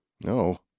No